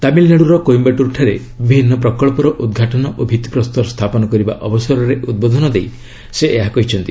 ତାମିଲନାଡୁର କୋଇମ୍ଘାଟୁର୍ ଠାରେ ବିଭିନ୍ନ ପ୍ରକଳ୍ପର ଉଦ୍ଘାଟନ ଓ ଭିତ୍ତିପ୍ରସ୍ତର ସ୍ଥାପନ କରିବା ଅବସରରେ ଉଦ୍ବୋଧନ ଦେଇ ସେ ଏହା କହିଛନ୍ତି